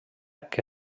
que